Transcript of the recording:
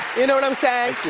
you know what i'm saying?